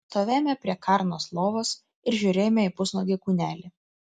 stovėjome prie karnos lovos ir žiūrėjome į pusnuogį kūnelį